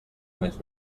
mes